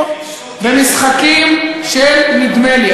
הם משחקים פה במשחקים של "נדמה לי".